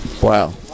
wow